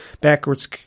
backwards